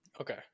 Okay